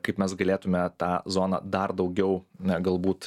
kaip mes galėtume tą zoną dar daugiau na galbūt